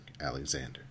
Alexander